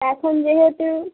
এখন যেহেতু